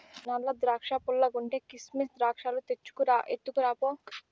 నల్ల ద్రాక్షా పుల్లగుంటే, కిసిమెస్ ద్రాక్షాలు తెచ్చుకు రా, ఎత్తుకురా పో